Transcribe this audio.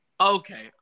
Okay